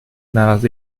nadat